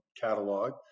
catalog